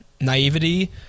naivety